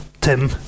tim